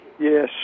Yes